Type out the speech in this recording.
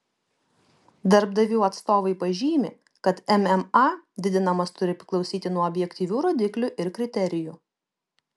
darbdavių atstovai pažymi kad mma didinimas turi priklausyti nuo objektyvių rodiklių ir kriterijų